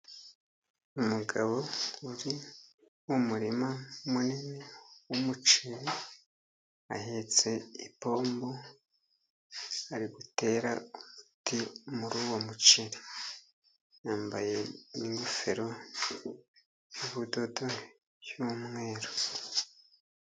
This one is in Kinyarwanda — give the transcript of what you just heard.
Umugabo uri mu murima munini w'umuceri ahetse ipombo ari gutera umuti muri uwo muceri, yambaye ingofero y'ubudodo n'umweru.